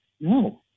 No